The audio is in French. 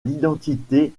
l’identité